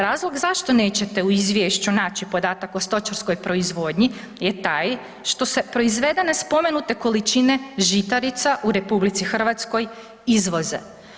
Razlog zašto nećete u izvješću naći podatak o stočarskoj proizvodnji je taj što se proizvedene spomenute količine žitarica u RH izvoze.